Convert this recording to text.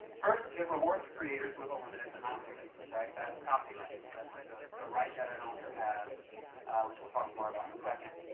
first, it rewards creators with a limited monopoly. right, that's copyright, that's the the right that an author has which we'll talk more about in a second.